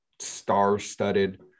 star-studded